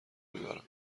میبرم